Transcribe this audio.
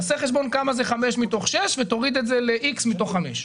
תעשה חשבון כמה זה חמש מתוך שש ותוריד את זה לאיקס מתוך חמש.